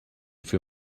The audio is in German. für